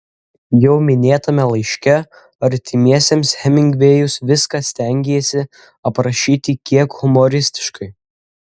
jau minėtame laiške artimiesiems hemingvėjus viską stengėsi aprašyti kiek humoristiškai